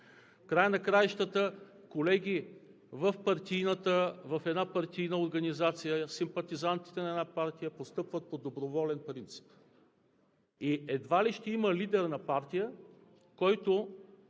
края на краищата в една партийна организация симпатизантите на една партия постъпват на доброволен принцип и едва ли ще има лидер на партия, който